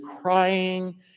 crying